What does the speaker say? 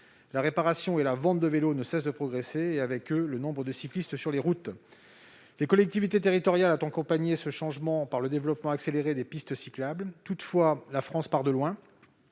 La réparation et la vente de vélos ne cessent de progresser et, avec eux, le nombre de cyclistes sur les routes. Les collectivités territoriales ont accompagné ce changement par le développement accéléré des pistes cyclables. Toutefois, la France part de loin.